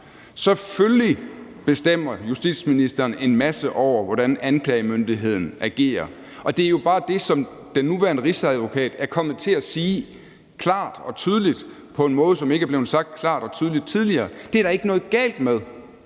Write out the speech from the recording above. Selvfølgelig bestemmer justitsministeren en masse over, hvordan anklagemyndigheden agerer, og det er jo bare det, som den nuværende rigsadvokat er kommet til at sige klart og tydeligt, og det er ikke blevet sagt klart og tydeligt tidligere. Det er der ikke noget galt med.